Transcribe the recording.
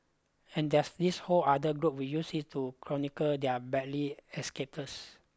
and there's this whole other group we use it to chronicle their badly escapades